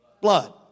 blood